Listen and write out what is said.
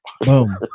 Boom